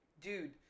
dude